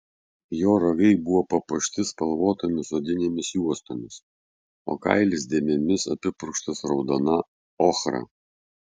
jo ragai buvo papuošti spalvotomis odinėmis juostomis o kailis dėmėmis apipurkštas raudona ochra